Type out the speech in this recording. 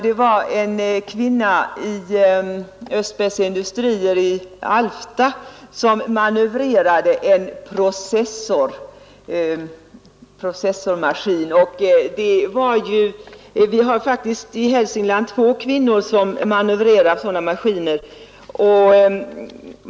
Det var en kvinna i Östbergs fabriks AB i Alfta som manövrerade en processormaskin. Vi har i Hälsingland två kvinnor som manövrerar sådana maskiner.